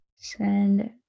Send